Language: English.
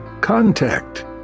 contact